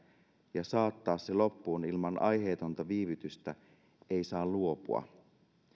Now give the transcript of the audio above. ja saattaa se loppuun ilman aiheetonta viivytystä ei saa luopua